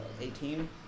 Eighteen